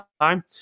time